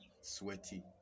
sweaty